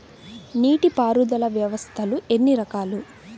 నీటిపారుదల వ్యవస్థలు ఎన్ని రకాలు?